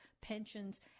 pensions